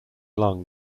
lung